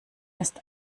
ist